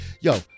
yo